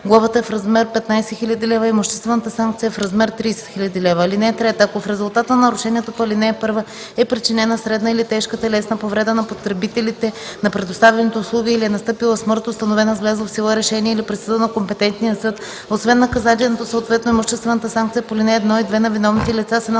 глобата е в размер 15 000 лв., а имуществената санкция е в размер 30 000 лв. (3) Ако в резултат на нарушението по ал. 1 е причинена средна или тежка телесна повреда на потребителите на предоставените услуги или е настъпила смърт, установена с влязло в сила решение или присъда на компетентния съд, освен наказанието съответно имуществената санкция по ал. 1 и 2 на виновните лица, се